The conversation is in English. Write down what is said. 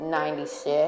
96